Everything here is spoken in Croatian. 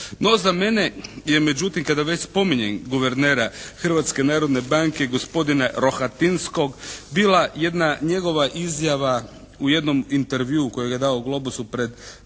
No, za mene je međutim kada već spominjem guvernera Hrvatske narodne banke gospodina Rohatinskog bila jedna njegova izjava u jednom intervjuu kojega je dao "Globusu" recimo